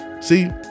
See